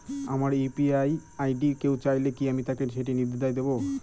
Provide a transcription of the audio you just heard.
আমার UPI ID কেউ চাইলে কি আমি তাকে সেটি নির্দ্বিধায় দেব?